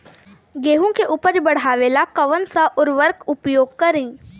गेहूँ के उपज बढ़ावेला कौन सा उर्वरक उपयोग करीं?